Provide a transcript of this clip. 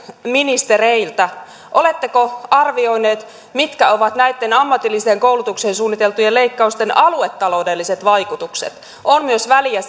ministereiltä oletteko arvioineet mitkä ovat näitten ammatilliseen koulutukseen suunniteltujen leikkausten aluetaloudelliset vaikutukset sillä on myös väliä